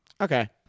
okay